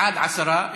בעד, עשרה.